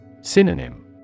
Synonym